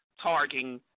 targeting